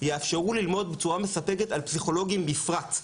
יאפשרו ללמוד בצורה מספקת על פסיכולוגים בפרט,